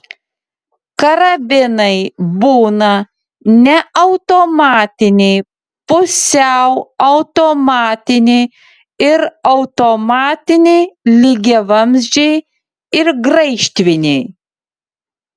karabinai būna neautomatiniai pusiau automatiniai ir automatiniai lygiavamzdžiai ir graižtviniai